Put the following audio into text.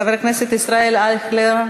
חבר הכנסת ישראל אייכלר,